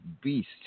Beast